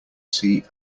sea